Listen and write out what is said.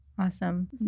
awesome